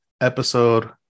episode